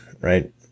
right